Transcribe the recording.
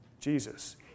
Jesus